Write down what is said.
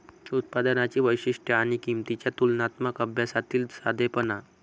उत्पादनांची वैशिष्ट्ये आणि किंमतींच्या तुलनात्मक अभ्यासातील साधेपणा